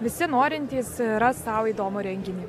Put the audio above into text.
visi norintys ras sau įdomų renginį